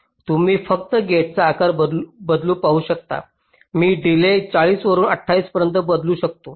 तुम्ही फक्त गेटचा आकार बदलून पाहू शकता मी डिलेज 40 वरून 28 पर्यंत बदलू शकतो